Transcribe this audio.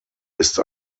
ist